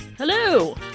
Hello